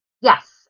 Yes